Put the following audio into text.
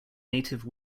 native